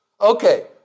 Okay